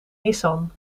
nissan